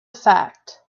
fact